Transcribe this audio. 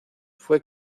fue